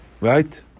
right